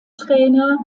trainer